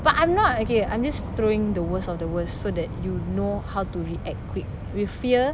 but I'm not okay I'm just throwing the worst of the worst so that you know how to react quick with fear